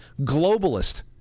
Globalist